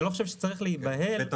אני לא חושב שצריך להיבהל --- קריאו